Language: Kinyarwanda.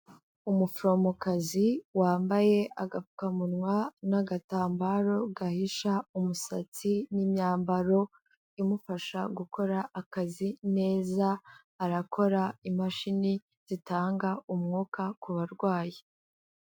Umuforomokazi wambaye agapfukamunwa n'agatambaro gahisha umusatsi n'imyambaro imufasha gukora akazi neza, arakora imashini zitanga umwuka ku barwayi.